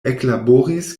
eklaboris